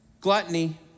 gluttony